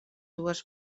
dues